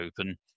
open